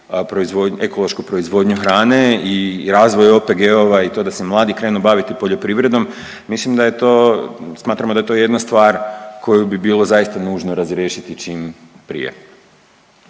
ekološku proizvodnju hrane i razvoj OPG-ova i to da se mladi krenu baviti poljoprivredom mislim da je to, smatramo da je to jedna stvar koju bi bilo zaista nužno razriješiti čim prije.